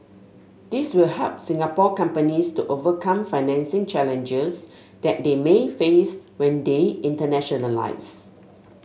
these will help Singapore companies to overcome financing challenges that they may face when they internationalise